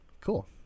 Cool